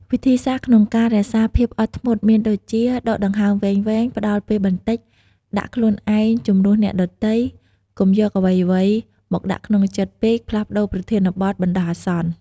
វិធីសាស្រ្តក្នុងការរក្សាភាពអត់ធ្មត់ មានដូចជា ដកដង្ហើមវែងៗ ផ្តល់ពេលបន្តិច ដាក់ខ្លួនឯងជំនួសអ្នកដទៃ កុំយកអ្វីៗមកដាក់ក្នុងចិត្តពេក ផ្លាស់ប្តូរប្រធានបទបណ្តោះអាសន្ន ។